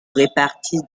répartissent